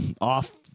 off